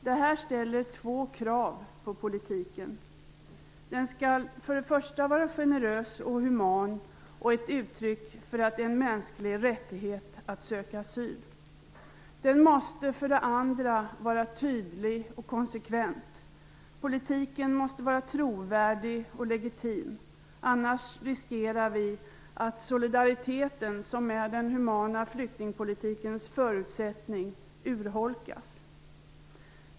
Detta ställer två krav på politiken: Den skall för det första vara generös och human och ett uttryck för att det är en mänsklig rättighet att söka asyl. Den måste för det andra vara tydlig och konsekvent. Politiken måste vara trovärdig och legitim, annars riskerar vi att solidariteten, som är den humana flyktingpolitikens förutsättning, urholkas.